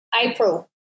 April